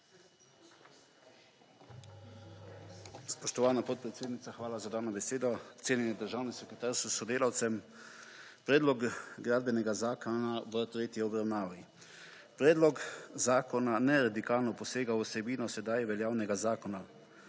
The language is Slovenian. Spoštovana podpredsednica, hvala za dano besedo. Cenjeni državni sekretar s sodelavcem! Predlog gradbenega zakona v tretji obravnavi. Predlog zakona ne radikalno posega v vsebino sedaj veljavnega zakona,